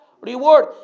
reward